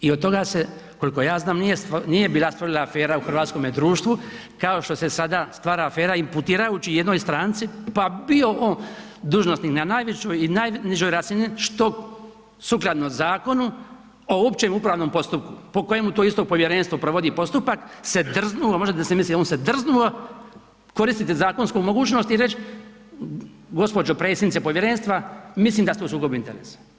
I od toga se, koliko ja znam nije bila stvorila afera u hrvatskome društvu kao što se sada stvara afera imputirajući jednoj stranci pa bio on dužnosnik na najvećoj i najnižoj razini što sukladno Zakonu o općem upravnom postupku po kojemu to isto povjerenstvo provodi postupak se drznuo, možete si misliti on se drznuo koristiti zakonsku mogućnost i reći gospođo predsjednice povjerenstva, mislim da ste u sukobu interesa.